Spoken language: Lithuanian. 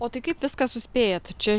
o tai kaip viską suspėjat čia